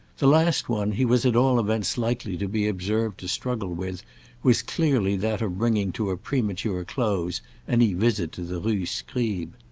the last one he was at all events likely to be observed to struggle with was clearly that of bringing to a premature close any visit to the rue scribe.